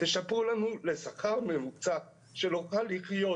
תשפרו לנו לשכר ממוצע כדי שנוכל לחיות.